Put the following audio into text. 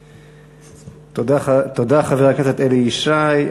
תודה, חבר הכנסת אלי ישי.